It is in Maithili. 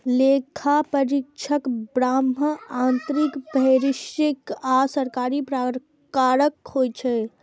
लेखा परीक्षक बाह्य, आंतरिक, फोरेंसिक आ सरकारी प्रकारक होइ छै